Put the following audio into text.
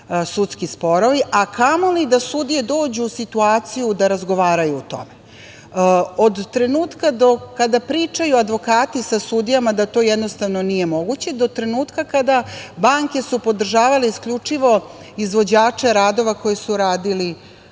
sudski sporovi, a kamoli da sudije dođu u situaciju da razgovaraju o tome. Od trenutka, kada pričaju advokati sa sudijama da to jednostavno nije moguće, do trenutka kada su banke podržavale isključivo izvođače radova koji su radili,